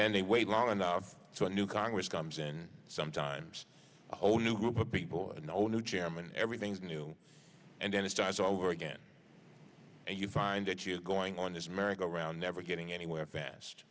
then they wait long enough so a new congress comes in sometimes a whole new group of people know new chairman everything's new and then it starts all over again and you find that you have going on is america around never getting anywhere fast